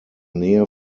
nähe